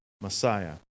Messiah